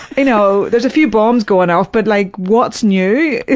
i know, there's a few bombs going off, but, like, what's new?